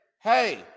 hey